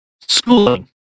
schooling